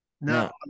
No